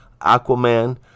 Aquaman